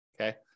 okay